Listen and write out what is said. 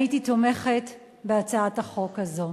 הייתי תומכת בהצעת החוק הזאת.